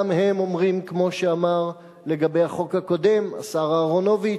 גם הם אומרים כמו שאמר לגבי החוק הקודם השר אהרונוביץ,